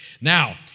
Now